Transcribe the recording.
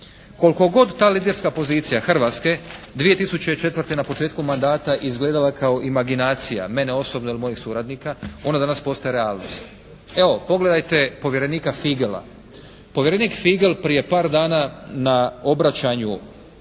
Koliko god ta liderska pozicija Hrvatske 2004. na početku mandata izgledala je kao imaginacija, mene osobno ili mojih suradnika. Ona danas postaje realnost. Evo pogledajte povjerenika Figela. Povjerenik Figel prije par dana na obraćanju Europskoj